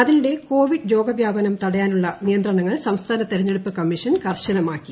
അതിനിടെ കോവിഡ് രോഗവ്യാപനം തടയാനുള്ള നിയന്ത്രണങ്ങൾ സംസ്ഥാന തെരഞ്ഞെടുപ്പ് കമീഷൻ കർശനമാക്കി